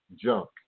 junk